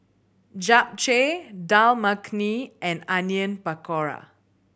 Japchae Dal Makhani and Onion Pakora